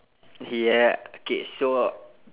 yeah K so